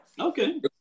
Okay